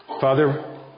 Father